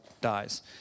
dies